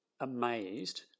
amazed